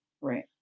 Right